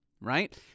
right